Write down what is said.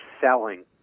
selling